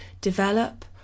develop